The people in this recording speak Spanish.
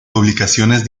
publicaciones